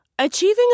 Achieving